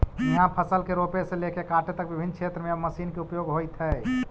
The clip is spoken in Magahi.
इहाँ फसल के रोपे से लेके काटे तक विभिन्न क्षेत्र में अब मशीन के उपयोग होइत हइ